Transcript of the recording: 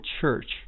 church